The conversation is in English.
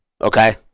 Okay